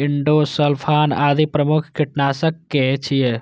endosulfan आदि प्रमुख कीटनाशक छियै